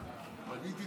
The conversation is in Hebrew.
אני מרגיש